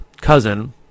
cousin